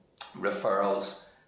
referrals